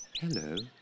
Hello